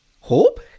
Hope